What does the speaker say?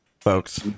folks